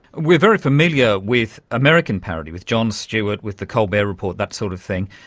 we are very familiar with american parody, with jon stewart, with the colbert report, that sort of thing.